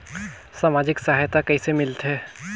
समाजिक सहायता कइसे मिलथे?